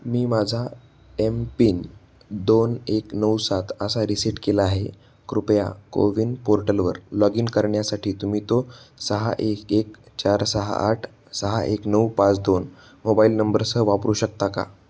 मी माझा M PIN दोन एक नऊ सात असा रिसेट केला आहे कृपया को विन पोर्टलवर लॉग इन करण्यासाठी तुम्ही तो सहा एक एक चार सहा आठ सहा एक नऊ पाच दोन मोबाईल नंबरसह वापरू शकता का